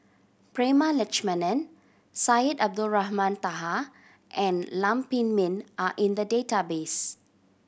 Prema Letchumanan Syed Abdulrahman Taha and Lam Pin Min are in the database